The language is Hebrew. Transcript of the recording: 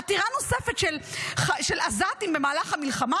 עתירה נוספת של עזתים במהלך המלחמה,